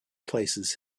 places